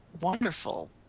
wonderful